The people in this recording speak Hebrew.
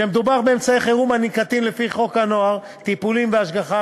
כשמדובר באמצעי חירום הננקטים לפי חוק הנוער (טיפול והשגחה),